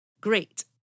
Great